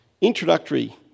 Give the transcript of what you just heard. Introductory